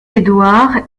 édouard